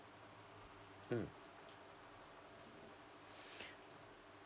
mm